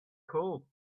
cooled